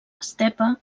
estepa